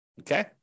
okay